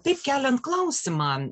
taip keliant klausimą